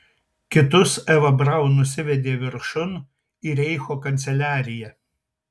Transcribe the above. kitus eva braun nusivedė viršun į reicho kanceliariją